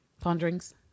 Ponderings